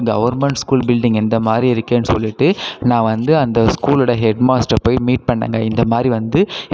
government school building இந்த மாரி இருக்கேன்னு சொல்லிவிட்டு நான் வந்து அந்த ஸ்கூலோட ஹெட் மாஸ்டரை போய் மீட் பண்ணேங்க இந்த மாரி வந்து